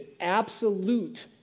absolute